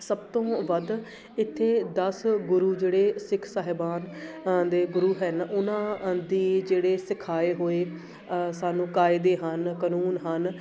ਸਭ ਤੋਂ ਵੱਧ ਇੱਥੇ ਦਸ ਗੁਰੂ ਜਿਹੜੇ ਸਿੱਖ ਸਾਹਿਬਾਨ ਦੇ ਗੁਰੂ ਹਨ ਉਹਨਾਂ ਦੀ ਜਿਹੜੇ ਸਿਖਾਏ ਹੋਏ ਸਾਨੂੰ ਕਾਇਦੇ ਹਨ ਕਾਨੂੰਨ ਹਨ